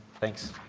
thanks.